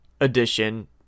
edition